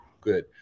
Good